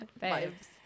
Babes